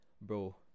bro